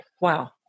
Wow